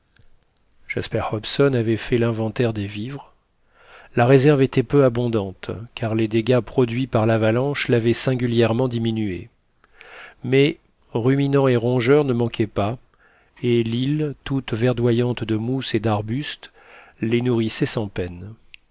jasper hobson avait fait l'inventaire des vivres la réserve était peu abondante car les dégâts produits par l'avalanche l'avaient singulièrement diminuée mais ruminants et rongeurs ne manquaient pas et l'île toute verdoyante de mousses et d'arbustes les nourrissait sans peine